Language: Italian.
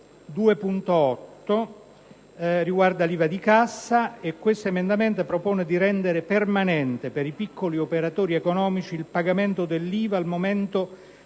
2.8 riguarda l'IVA di cassa e propone di rendere permanente per i piccoli operatori economici il pagamento dell'IVA al momento